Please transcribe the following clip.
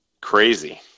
Crazy